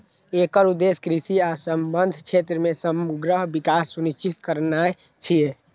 एकर उद्देश्य कृषि आ संबद्ध क्षेत्र मे समग्र विकास सुनिश्चित करनाय छियै